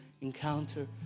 encounter